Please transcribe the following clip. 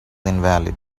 invalid